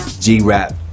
G-Rap